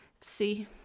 See